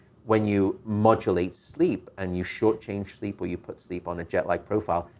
when you modulate sleep and you shortchange sleep or you put sleep on a jet like profile,